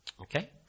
Okay